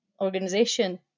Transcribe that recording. organization